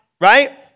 right